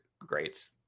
greats